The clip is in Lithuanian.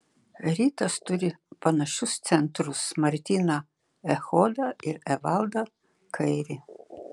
rytas turi panašius centrus martyną echodą ir evaldą kairį